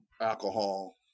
alcohol